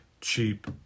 cheap